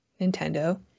Nintendo